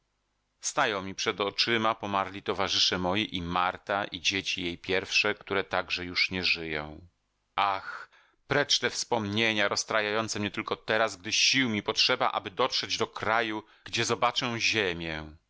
stają mi przed oczyma pomarli towarzysze moi i marta i dzieci jej pierwsze które także już nie żyją ach precz te wspomnienia rozstrajające mnie tylko teraz gdy sił mi potrzeba aby dotrzeć do kraju gdzie zobaczę ziemię